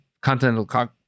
Continental